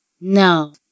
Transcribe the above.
No